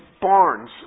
barns